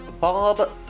Bob